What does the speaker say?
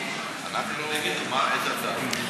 אנחנו, מה בדיוק ההצעה אומרת?